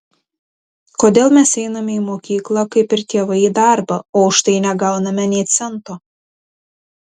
kodėl mes einame į mokyklą kaip ir tėvai į darbą o už tai negauname nė cento